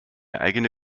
eigene